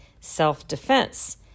self-defense